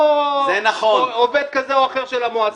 זה לא עובד כזה או אחר של המועצה.